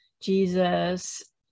Jesus